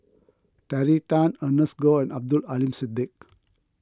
Terry Tan Ernest Goh and Abdul Aleem Siddique